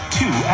two